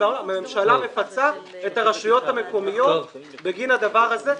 הממשלה מפצה את הרשויות המקומיות בגין הדבר הזה.